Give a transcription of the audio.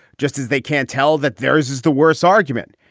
just as they can't tell that theirs is the worse argument.